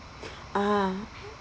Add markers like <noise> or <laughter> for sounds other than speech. <breath> ah